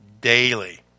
daily